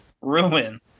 ruin